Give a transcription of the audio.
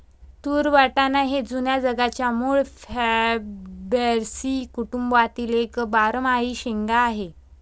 तूर वाटाणा हे जुन्या जगाच्या मूळ फॅबॅसी कुटुंबातील एक बारमाही शेंगा आहे